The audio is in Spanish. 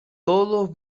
todas